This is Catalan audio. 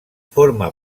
forma